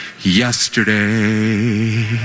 Yesterday